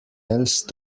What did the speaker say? else